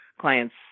clients